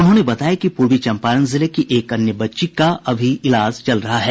उन्होंने बताया कि पूर्वी चम्पारण जिले की एक अन्य बच्ची का अभी इलाज चल रहा है